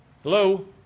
Hello